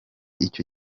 icyo